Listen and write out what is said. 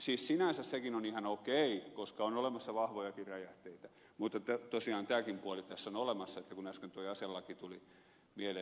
siis sinänsä sekin on ihan okei koska on olemassa vahvojakin räjähteitä mutta tosiaan tämäkin puoli tässä on olemassa kun äsken tuo aselaki tuli mieleen